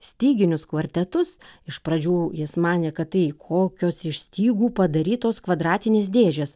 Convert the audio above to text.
styginius kvartetus iš pradžių jis manė kad tai kokios iš stygų padarytos kvadratinės dėžės